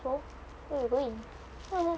so where we going